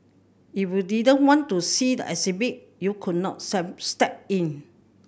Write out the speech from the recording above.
if you didn't want to see the exhibit you could not step in